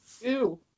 Ew